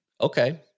okay